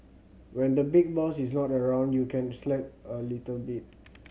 when the big boss is not around you can slack a little bit